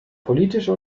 politische